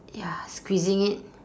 ya squeezing it